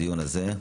הדיון הזה,